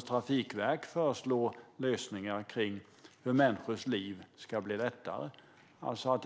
Trafikverket föreslår lösningar för hur människors liv ska bli lättare.